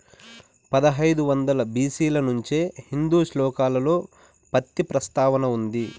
పదహైదు వందల బి.సి ల నుంచే హిందూ శ్లోకాలలో పత్తి ప్రస్తావన ఉంది